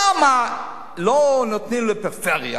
למה לא נותנים לפריפריה?